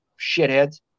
shitheads